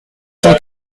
cent